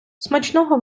смачного